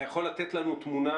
אתה יכול לתת לנו תמונה,